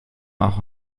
auch